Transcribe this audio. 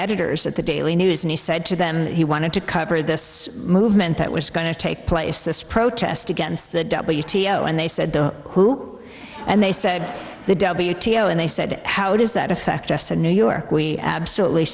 editors at the daily news and he said to them he wanted to cover this movement that was going to take place this protest against the w t o and they said the who and they said the w t o and they said how does that affect us in new york we absolutely